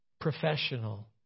professional